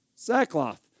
sackcloth